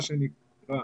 מה שנקרא,